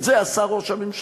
את זה עשה ראש הממשלה,